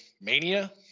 mania